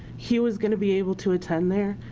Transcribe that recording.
he was gonna be able to attend there.